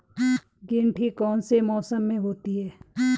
गेंठी कौन से मौसम में होती है?